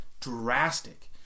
drastic